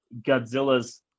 Godzilla's